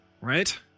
Right